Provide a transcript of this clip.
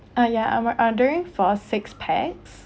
ah ya I'm uh ordering for six pax